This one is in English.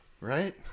right